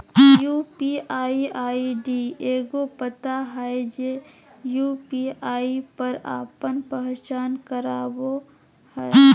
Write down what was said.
UPI ID एगो पता हइ जे यू.पी.आई पर आपन पहचान करावो हइ